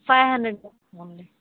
five hundred